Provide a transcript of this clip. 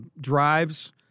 drives